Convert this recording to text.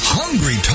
hungry